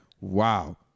wow